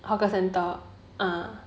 hawker centre